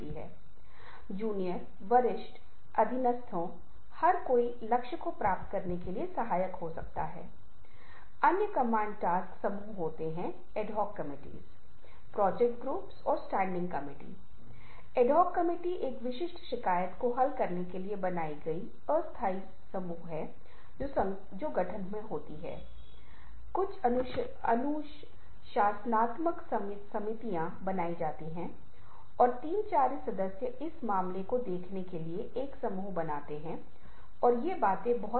animation की दुनिया और हम कुछ केस स्टडीज को देखेंगे जो हमारे शोध के एक हिस्से के रूप में एक या दो गतिविधियां हो सकती हैं जो हम एक साथ कर रहे थे और फिर हम इसे एक दिन कहते हैं और मुझे उम्मीद है कि मैं आप के साथ कुछ गतिविदियाँ साझा कर सकूंगा जो आपको उत्साहित करेंगे आपकी रुचि करेंगे और चर्चा मंच पर समूह चर्चा का नेतृत्व करेंगे